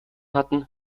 hatten